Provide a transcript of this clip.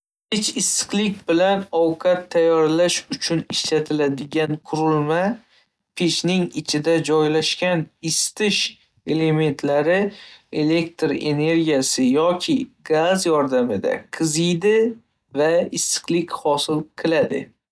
issiqlik bilan ovqat tayyorlash uchun ishlatiladigan qurilma. Pechning ichida joylashgan isitish elementlari elektr energiyasi yoki gaz yordamida qiziydi va issiqlik hosil qiladi.